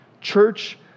church